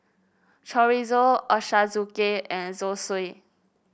Chorizo Ochazuke and Zosui